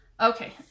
Okay